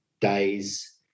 days